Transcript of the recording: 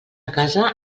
casa